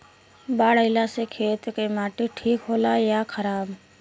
बाढ़ अईला से खेत के माटी ठीक होला या खराब?